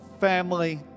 family